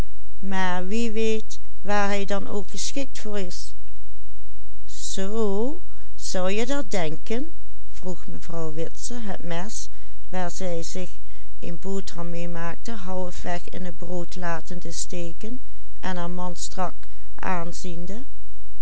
zou je dat denken vroeg mevrouw witse het mes waar zij zich een boterham mee maakte halfweg in het brood latende steken en haar man strak aanziende